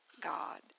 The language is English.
God